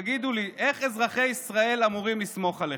תגידו לי, איך אזרחי ישראל אמורים לסמוך עליכם?